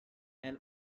and